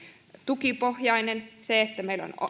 tukipohjainen se että meillä on